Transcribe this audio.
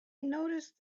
noticed